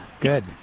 good